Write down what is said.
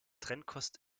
trennkost